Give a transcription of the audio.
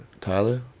Tyler